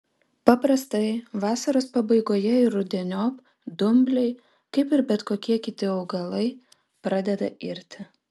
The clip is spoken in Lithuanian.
paprastai vasaros pabaigoje ir rudeniop dumbliai kaip ir bet kokie kiti augalai pradeda irti